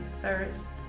thirst